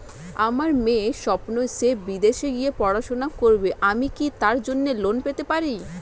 আমার মেয়ের স্বপ্ন সে বিদেশে গিয়ে পড়াশোনা করবে আমি কি তার জন্য লোন পেতে পারি?